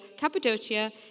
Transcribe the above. Cappadocia